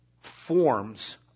forms